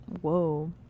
Whoa